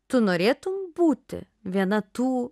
tu norėtum būti viena tų